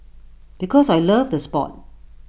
because I loved the Sport